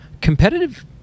competitive